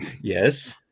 Yes